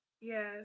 Yes